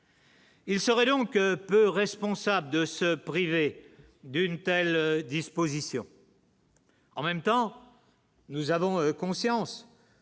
Il serait donc peu responsable de se priver d'une telle disposition. En même temps nous avons conscience